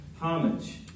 homage